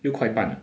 六块半